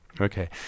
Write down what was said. Okay